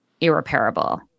irreparable